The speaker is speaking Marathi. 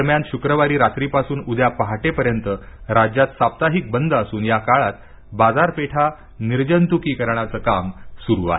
दरम्यान शुक्रवारी रात्रीपासून उद्या पहाटेपर्यंत राज्यात साप्ताहिक बंद असून या काळात बाजारपेठा निर्जंतुकीकरणा चे काम सुरू आहे